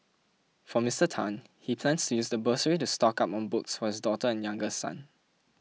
for Mister Tan he plans to use the bursary to stock up on books for his daughter and younger son